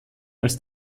als